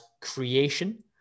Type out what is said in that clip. creation